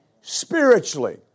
spiritually